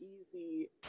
easy